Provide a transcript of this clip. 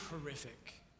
horrific